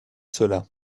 cela